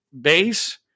base